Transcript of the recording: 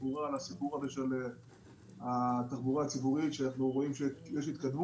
שתחבורה ציבורית טובה כשהיא חלק מרשת גדולה.